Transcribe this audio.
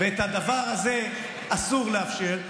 את הדבר הזה אסור לאפשר,